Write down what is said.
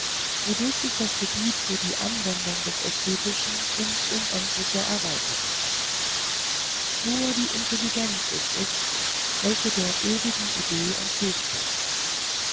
wodurch sich das gebiet für die anwendung des ästhetischen ins unermeßliche erweiterte nur die intelligenz ist es welche der ewigen idee entgegenwächst